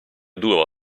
durò